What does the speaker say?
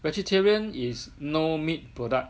vegetarian is no meat product